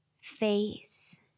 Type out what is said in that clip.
face